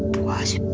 wash,